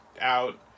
out